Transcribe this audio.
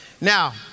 Now